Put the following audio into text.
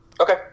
Okay